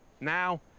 Now